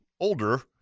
older